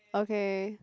okay